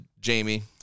Jamie